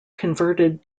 converted